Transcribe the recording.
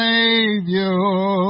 Savior